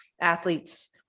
athletes